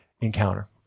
encounter